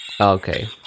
Okay